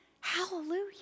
Hallelujah